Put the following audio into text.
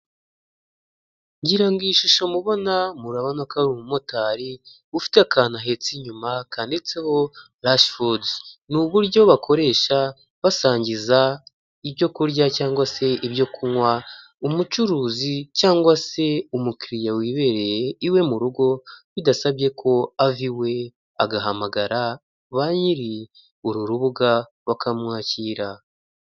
Ngira ngo iyi ishusho mubona murabona ko ari umumotari ufite akantu ahetse inyuma kandiditseho rashifudu. Ni uburyo bakoresha basangiza ibyo kurya cyangwa se ibyo kunywa, umucuruzi cyangwa se umukiliya wibereye iwe mu rugo bidasabye ko ava iwe, agahamagara ba nyiri urubuga bakamwakira.